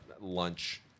lunch